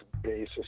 basis